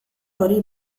hori